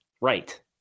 Right